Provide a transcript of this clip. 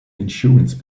insurance